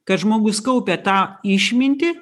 kad žmogus kaupia tą išmintį